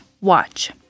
watch